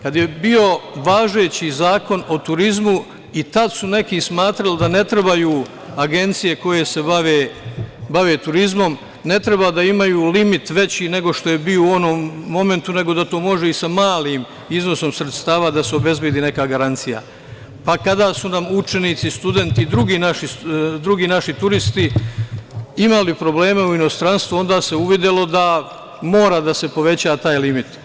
Kada je bio važeći Zakon o turizmu i tada su neki smatrali da ne treba agencije koje se bave turizmom da imaju limit veći nego što je bio u onom momentu, nego da to može i sa malim iznosom sredstava da se obezbedi neka garancija, pa kada su nam učenici i studenti i drugi naši turisti imali probleme u inostranstvu, onda se uvidelo da mora da se poveća taj limit.